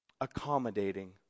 accommodating